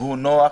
נוח